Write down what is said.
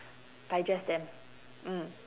digest them mm